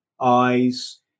eyes